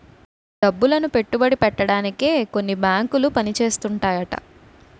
డబ్బులను పెట్టుబడి పెట్టడానికే కొన్ని బేంకులు పని చేస్తుంటాయట